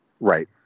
right